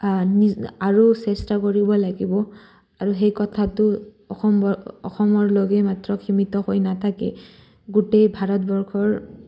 আৰু চেষ্টা কৰিব লাগিব আৰু সেই কথাটো অসমৰ অসমৰ লগে মাত্ৰ সীমিত হৈ নাথাকে গোটেই ভাৰতবৰ্ষৰ